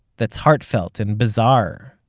that's heartfelt, and bizarre,